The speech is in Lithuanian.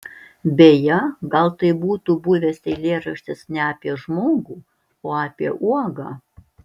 beje gal tai būtų buvęs eilėraštis ne apie žmogų o apie uogą